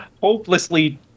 hopelessly